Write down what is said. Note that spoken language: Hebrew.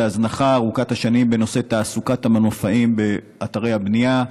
להזנחה ארוכת השנים בנושא תעסוקת המנופאים באתרי הבנייה.